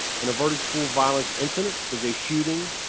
an averted school violence incident is a shooting,